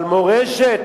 אבל מורשת,